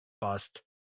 bust